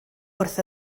wrth